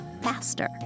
faster